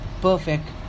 perfect